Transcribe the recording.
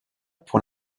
pour